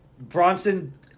Bronson